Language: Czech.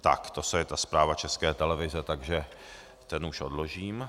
To je ta zpráva České televize, takže ten už odložím.